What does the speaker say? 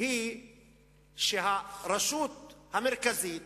היא שהרשות המרכזית,